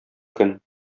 көн